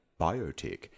biotech